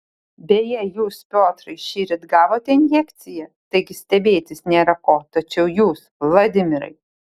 beje jūs piotrai šįryt gavote injekciją taigi stebėtis nėra ko tačiau jūs vladimirai